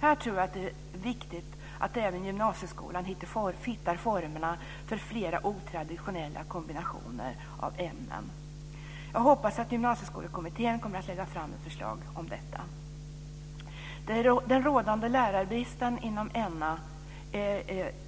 Här tror jag att det är viktigt att även gymnasieskolan hittar formerna för flera otraditionella kombinationer av ämnen. Jag hoppas att gymnasieskolekommittén kommer att lägga fram ett förslag om detta. Den rådande lärarbristen inom